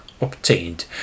obtained